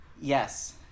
Yes